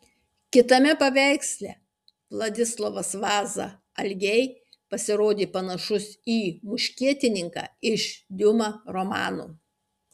kitame paveiksle vladislovas vaza algei pasirodė panašus į muškietininką iš diuma romano